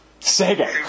Sega